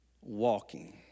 walking